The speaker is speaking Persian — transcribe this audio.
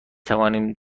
توانیم